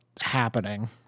happening